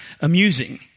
amusing